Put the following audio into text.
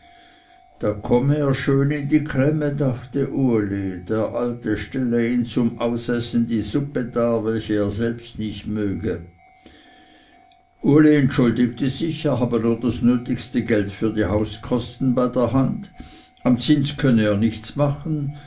da komme er schön in die klemme dachte uli der alte stelle ihm zum ausessen die suppe dar welche er selbst nicht möge uli entschuldigte sich er habe nur das nötigste geld für die hauskosten bei der hand am zins könne er nichts machen